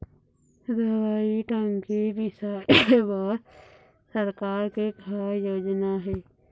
दवई टंकी बिसाए बर सरकार के का योजना हे?